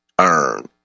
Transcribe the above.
Earn